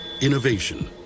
Innovation